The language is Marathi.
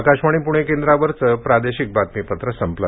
आकाशवाणी पुणे केंद्रावरचं प्रादेशिक बातमीपत्र संपलं